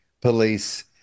police